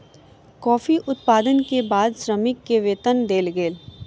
coffee उत्पादन के बाद श्रमिक के वेतन देल गेल